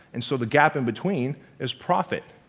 and so the gap in between is profit.